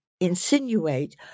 insinuate